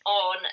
on